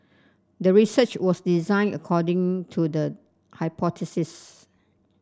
the research was designed according to the hypothesis